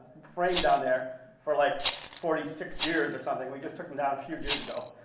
framed down there for like forty six years or something, we just took them down a few years ago,